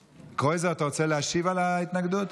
קרויזר, אתה רוצה להשיב על ההתנגדות?